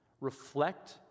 reflect